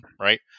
right